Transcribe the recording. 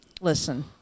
listen